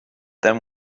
them